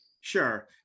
Sure